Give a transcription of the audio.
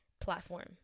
platform